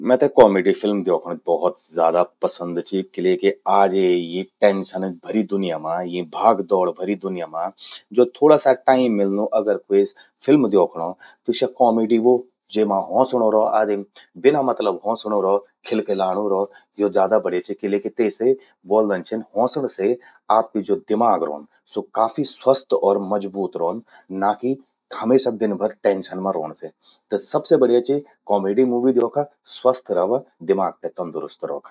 मेते comedy film द्योखण बहुत ज्यादा पसंद चि किले कि आजे यीं टेंशन भरी दुन्या मां, यीं भागदौड़ भर्यीं दुनिया मां, ज्वो थोड़ा सा टाइम मिल्लू अगर फिल्म द्योखणों, त स्या कॉमेडी ह्वो, जेमां हौंसणूं रौ आदिम। बिना मतलब हौंसणूं रौ, खिलखिलाणूं रौ, यो ज्यादा बढ़िया चि, किले कि तेसे ब्वोलदन छिन हौंसण से आपकु ज्वो दिमाग रौंद, स्वो काफी स्वस्थ अर मजबूत रौंद। ना कि हमेशा दिन भर टेंशन मां रौण से। त सबसे बढ़िया चि, कॉमेडी मूवी द्योखा, स्वस्थ रवा, दिमाग ते तंदुरुस्त रौखा।